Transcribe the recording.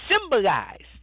symbolized